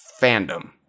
fandom